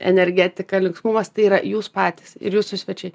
energetika linksmumas tai yra jūs patys ir jūsų svečiai